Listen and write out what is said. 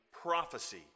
prophecy